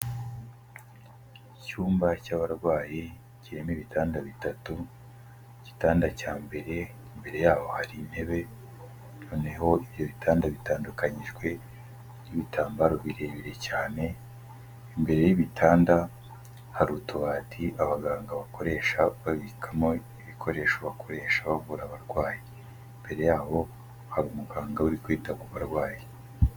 Icyumba cy'abarwayi kirimo gitanda cya mbere mbere yaho hari intebe noneho ibyo ibitanda bitandukanyijwe n'ibitambaro birebire cyane imbere y'ibitanda hari utubati abaganga bakoresha babikamo ibikoresho bakoresha bavura abarwayi mbere yaho ha umuganga uri kwita ku barwayi.